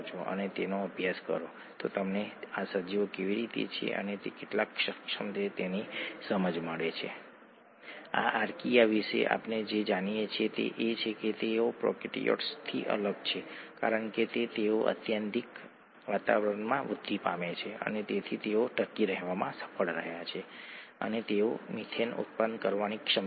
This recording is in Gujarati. ફોસ્ફેટ જૂથ મેટાબોલાઇટથી એડીપીમાં તબદીલ થાય છે અને તે આ પ્રક્રિયાને એન્ઝાઇમ દ્વારા મધ્યસ્થી કરવામાં આવે છે જેને સબસ્ટ્રેટ લેવલ ફોસ્ફોરાયલેશન કહેવામાં આવે છે